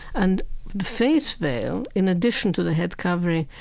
and the face veil, in addition to the head covering,